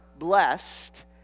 blessed